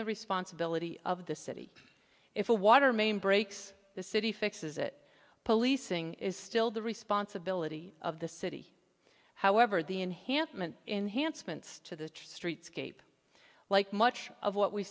the responsibility of the city if a water main breaks the city fixes it policing is still the responsibility of the city however the enhancement in hansen's to the streets cape like much of what we